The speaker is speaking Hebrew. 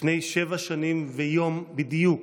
לפני שבע שנים ויום בדיוק,